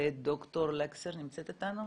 ד"ר לקסר נמצאת איתנו,